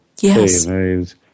Yes